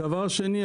דבר שני,